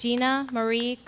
gina marie